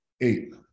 Eight